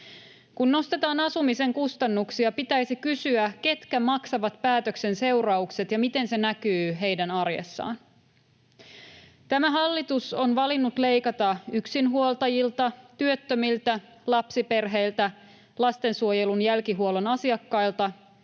Kun nostetaan asumisen kustannuksia, pitäisi kysyä, ketkä maksavat päätöksen seuraukset ja miten se näkyy heidän arjessaan. Tämä hallitus on valinnut leikata yksinhuoltajilta, työttömiltä, lapsiperheiltä, lastensuojelun jälkihuollon asiakkailta,